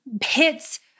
pits